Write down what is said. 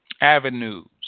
avenues